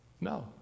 no